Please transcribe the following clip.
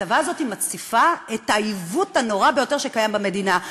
הכתבה הזאת מציפה את העיוות הנורא ביותר שקיים במדינה.